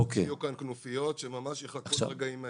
יהיו כאן כנופיות שממש יחכו לרגעים האלה,